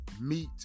meet